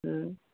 ଉଁ